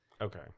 Okay